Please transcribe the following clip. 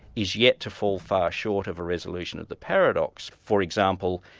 is yet to fall far short of a resolution of the paradox. for example,